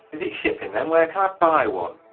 is it shipping, then? where can i buy one?